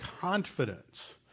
confidence